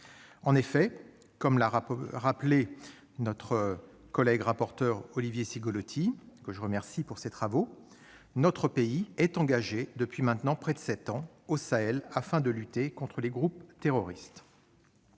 En effet, comme l'a rappelé notre collègue rapporteur Olivier Cigolotti, que je remercie pour ses travaux, ... Excellents !... notre pays est engagé depuis maintenant près de sept ans au Sahel, afin de lutter contre les groupes terroristes.